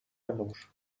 نور